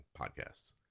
podcasts